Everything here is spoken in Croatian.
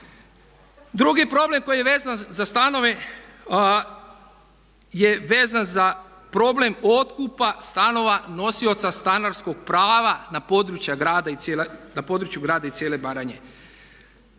Drugi problem koji je vezan za stanove je vezan za problem otkupa stanova, nosioca stanarskog prava na području grada i cijele Baranje.